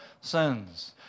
sins